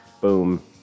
boom